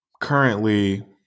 Currently